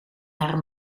haar